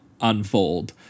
unfold